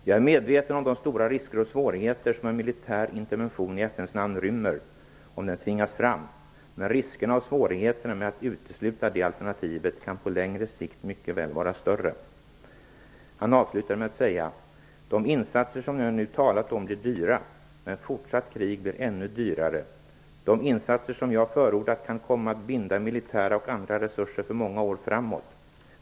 Jag är medveten om de stora risker och svårigheter som en militär intervention i FN:s namn rymmer, om den tvingas fram. Men riskerna och svårigheterna med att utesluta det alternativet kan på längre sikt mycket väl vara större." Han avslutade med att säga: "De insatser som jag nu talat om blir dyra. Men fortsatt krig blir ännu dyrare. De insatser som jag förordar kan komma att binda militära och andra resurser för många år framåt.